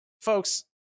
Folks